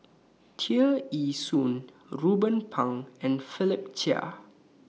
Tear Ee Soon Ruben Pang and Philip Chia